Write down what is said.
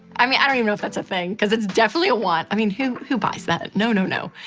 i mean, i don't even know if that's a thing because it's definitely a want. i mean, who who buys that? no, no, no.